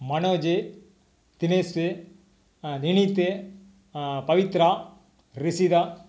Manoj Dinesh Vineeth Pavithra Rishita